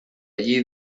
allí